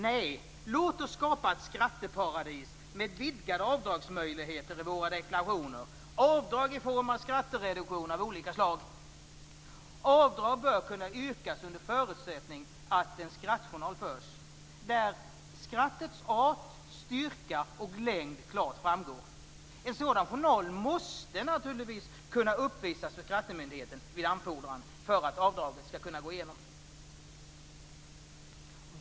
Nej, låt oss skapa ett skratteparadis med vidgade avdragsmöjligheter i våra deklarationer, avdrag i form av skrattereduktion av olika slag. Avdrag bör kunna yrkas under förutsättning att en skrattjournal förs, där skrattets art, styrka och längd klart framgår. En sådan journal måste naturligtvis kunna uppvisas för skrattemyndigheten vid anfordran för att avdraget skall kunna gå igenom.